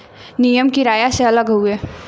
नियम किराया से अलग हउवे